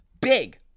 big